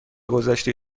گذشته